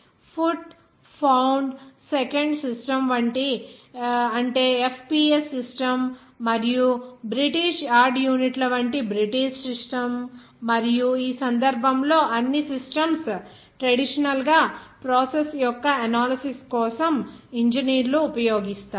foot pound second system అంటే FPS system మరియు British yard యూనిట్ల వంటి బ్రిటిష్ సిస్టమ్ మరియు ఈ సందర్భంలో అన్ని సిస్టమ్స్ ట్రెడిషనల్ గా ప్రాసెస్ యొక్క అనాలిసిస్ కోసం ఇంజనీర్లు ఉపయోగిస్తారు